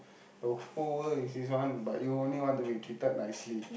the whole world is this one but you only want to be treated nicely